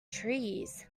trees